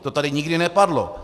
To tady nikdy nepadlo.